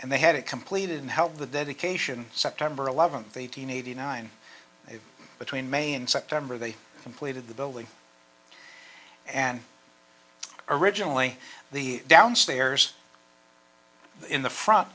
and they had it completed and held the dedication september eleventh eight hundred eighty nine between may and september they completed the building and originally the downstairs in the front